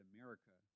America